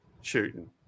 shooting